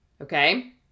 Okay